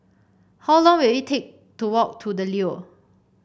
how long will it take to walk to The Leo